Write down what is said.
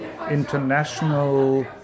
International